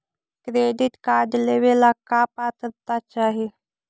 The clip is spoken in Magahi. क्रेडिट कार्ड लेवेला का पात्रता चाही?